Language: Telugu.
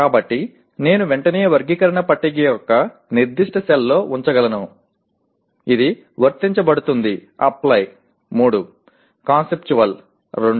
కాబట్టి నేను వెంటనే వర్గీకరణ పట్టిక యొక్క నిర్దిష్ట సెల్లో ఉంచగలను ఇది వర్తించబడుతుందిఅప్లై 3 కాన్సెప్చువల్ 2